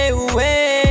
away